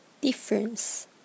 difference